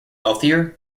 wealthier